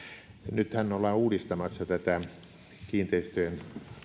nythän ollaan uudistamassa tätä kiinteistöjen